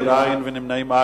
14)